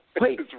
Wait